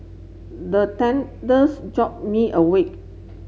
the jolt me awake